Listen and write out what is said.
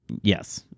Yes